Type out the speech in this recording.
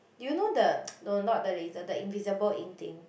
do you know the no not the later the invisible ink thing